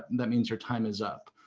that means your time is up.